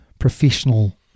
professional